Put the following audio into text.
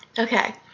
okay.